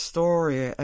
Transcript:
Story